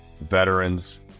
veterans